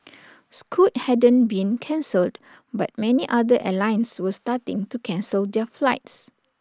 scoot hadn't been cancelled but many other airlines were starting to cancel their flights